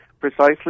precisely